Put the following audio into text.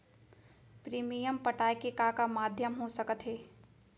Premium पटाय के का का माधयम हो सकत हे?